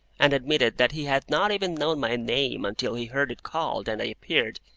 and admitted that he had not even known my name until he heard it called and i appeared,